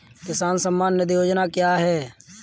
किसान सम्मान निधि योजना क्या है?